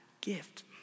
gift